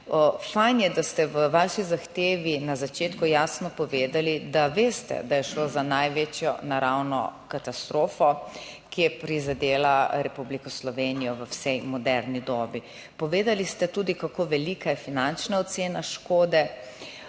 Fajn je, da ste v vaši zahtevi na začetku jasno povedali, da veste, da je šlo za največjo naravno katastrofo, ki je prizadela Republiko Slovenijo v vsej moderni dobi. Povedali ste tudi, kako velika je finančna ocena škode,